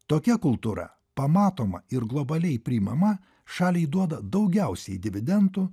tokia kultūra pamatoma ir globaliai priimama šaliai duoda daugiausiai dividendų